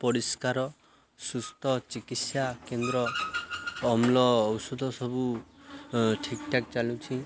ପରିଷ୍କାର ସୁସ୍ଥ ଚିକିତ୍ସା କେନ୍ଦ୍ର ଅମ୍ଳ ଔଷଧ ସବୁ ଠିକ୍ଠାକ୍ ଚାଲୁଛି